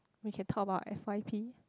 we can talk about F_Y_P